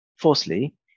Fourthly